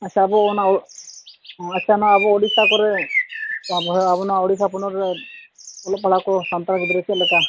ᱟᱪᱪᱷᱟ ᱟᱵᱚ ᱚᱱᱟ ᱟᱪᱪᱷᱟ ᱟᱵᱚ ᱱᱚᱣᱟ ᱳᱰᱤᱥᱟ ᱠᱚᱨᱮᱜ ᱟᱵᱚ ᱩᱲᱤᱥᱥᱟ ᱯᱚᱱᱚᱛ ᱨᱮ ᱚᱞᱚᱜ ᱯᱟᱲᱦᱟᱣ ᱠᱚ ᱥᱟᱱᱛᱟᱲ ᱜᱤᱫᱽᱨᱟᱹ ᱪᱮᱫ ᱞᱮᱠᱟ